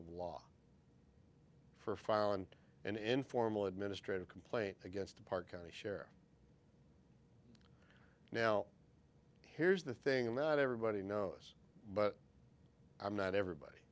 of law for file and an informal administrative complaint against the park county share now here's the thing that everybody knows but i'm not everybody